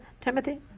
Timothy